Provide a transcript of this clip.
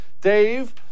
Dave